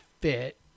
fit